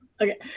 okay